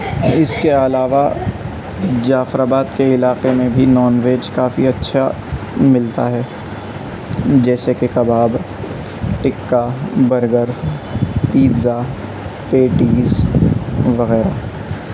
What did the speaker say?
اس کے علاوہ جعفر آباد کے علاقے میں بھی نان ویج کافی اچھا ملتا ہے جیسے کہ کباب ٹکہ برگر پیزا پیٹیز وغیرہ